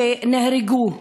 שנהרגו.